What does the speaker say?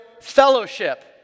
fellowship